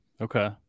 Okay